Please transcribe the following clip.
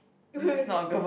who is it